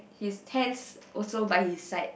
he's tense also but he's like